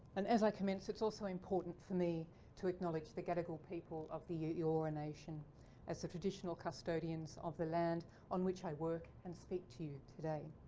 and as i commence, it's also important for me to acknowledge the gadigal people of the eora nation as the traditional custodians of the land on which i work and speak to you today.